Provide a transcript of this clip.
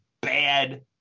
bad